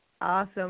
Awesome